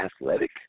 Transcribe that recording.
athletic